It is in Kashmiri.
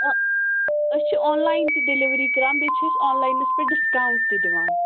آ أسۍ چھِ آن لاین تہِ ڈیلؤری کَران بیٚیہِ چھِ أسۍ آن لاینَس پٮ۪ٹھ ڈِسکاوُنٛٹ تہِ دِوان